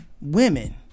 women